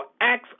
acts